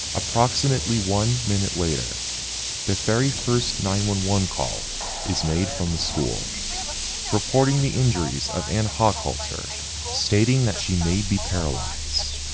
approximately one minute later the very first nine one one call is made from the school reporting the injuries of an anne hochhalter stating that she may be paralyzed.